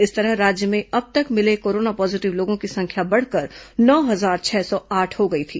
इस तरह राज्य में अब तक मिले कोरोना पॉजीटिव लोगों की संख्या बढ़कर नौ हजार छह सौ आठ हो गई थी